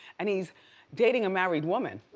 and he's dating a married woman.